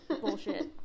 bullshit